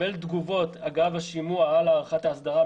שנקבל גם תגובות אגב השימוע על הארכת ההסדרה,